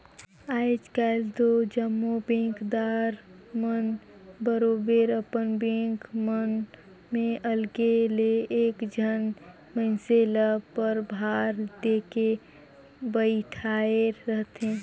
आएज काएल दो जम्मो बेंकदार मन बरोबेर अपन बेंक मन में अलगे ले एक झन मइनसे ल परभार देके बइठाएर रहथे